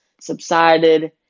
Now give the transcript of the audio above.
subsided